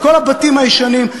את כל הבתים הישנים.